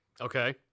Okay